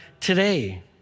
today